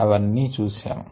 అవి అన్నీ చూశాము